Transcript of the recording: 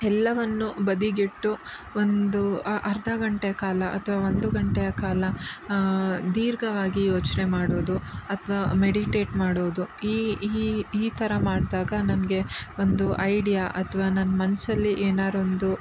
ಎಲ್ಲವನ್ನೂ ಬದಿಗಿಟ್ಟು ಒಂದು ಅರ್ಧ ಗಂಟೆ ಕಾಲ ಅಥವಾ ಒಂದು ಗಂಟೆಯ ಕಾಲ ದೀರ್ಘವಾಗಿ ಯೋಚನೆ ಮಾಡೋದು ಅಥವಾ ಮೆಡಿಟೇಟ್ ಮಾಡೋದು ಈ ಈ ಈ ಥರ ಮಾಡಿದಾಗ ನನಗೆ ಒಂದು ಐಡ್ಯಾ ಅಥವಾ ನನ್ನ ಮನಸ್ಸಲ್ಲಿ ಏನಾದ್ರೊಂದು